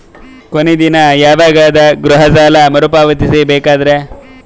ಕೊನಿ ದಿನ ಯವಾಗ ಅದ ಗೃಹ ಸಾಲ ಮರು ಪಾವತಿಸಬೇಕಾದರ?